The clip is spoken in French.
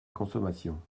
consommation